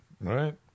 Right